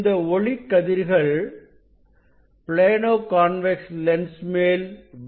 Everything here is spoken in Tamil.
இந்த ஒளிக்கதிர்கள் ஆனது ப்ளேனோ கான்வெக்ஸ் லென்ஸ் மேல் விழுகிறது